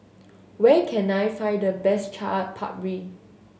where can I find the best Chaat Papri